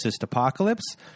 Apocalypse